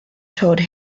told